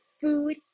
food